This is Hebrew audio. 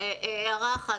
הערה אחת.